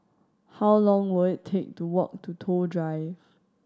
how long will it take to walk to Toh Drive